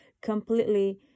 completely